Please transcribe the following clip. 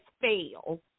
fail